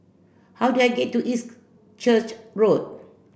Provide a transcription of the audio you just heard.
how do I get to East Church Road